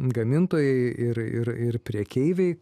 gamintojai ir ir ir prekeiviai